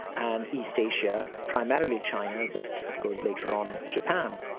and east asia, primarily china, but of course later on, japan.